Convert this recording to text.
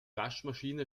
waschmaschine